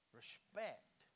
respect